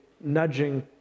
nudging